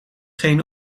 geen